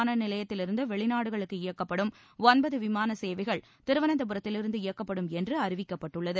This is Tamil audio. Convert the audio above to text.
கொச்சி விமான நிலையத்திலிருந்து வெளிநாடுகளுக்கு இயக்கப்படும் ஒன்பது விமான சேவைகள் திருவனந்தபுரத்திலிருந்து இயக்கப்படும் என்று அறிவிக்கப்பட்டுள்ளது